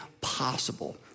possible